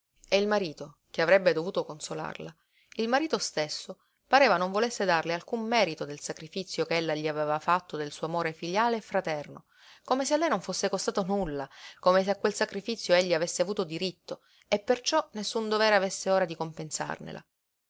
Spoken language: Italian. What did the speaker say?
e il marito che avrebbe dovuto consolarla il marito stesso pareva non volesse darle alcun merito del sacrifizio ch'ella gli aveva fatto del suo amore filiale e fraterno come se a lei non fosse costato nulla come se a quel sacrifizio egli avesse avuto diritto e per ciò nessun dovere avesse ora di compensarnela